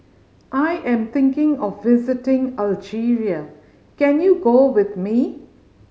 I am thinking of visiting Algeria can you go with me